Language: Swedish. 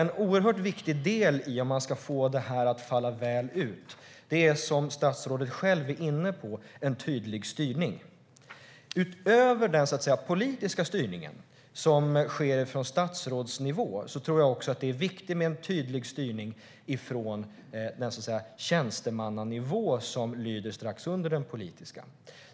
En oerhört viktig del om man ska få det här att falla väl ut är, som statsrådet själv är inne på, en tydlig styrning. Utöver den politiska styrningen som sker från statsrådsnivå tror jag att det är viktigt med en tydlig styrning från den tjänstemannanivå som ligger strax under den politiska.